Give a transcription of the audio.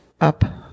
up